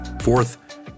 Fourth